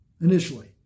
initially